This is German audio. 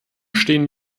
stehen